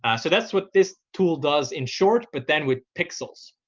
ah so that's what this tool does, in short, but then with pixels.